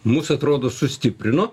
mus atrodo sustiprino